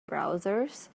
browsers